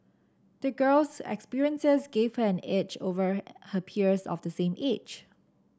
the girl's experiences gave her an edge over her peers of the same age